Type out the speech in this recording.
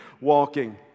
walking